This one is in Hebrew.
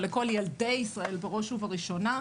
ולכל ילדי ישראל בראש ובראשונה,